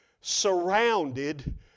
Surrounded